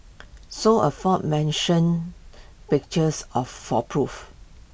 saw aforementioned pictures of for proof